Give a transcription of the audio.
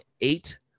eight